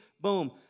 Boom